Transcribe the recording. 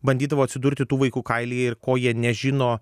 bandydavau atsidurti tų vaikų kailyje ir ko jie nežino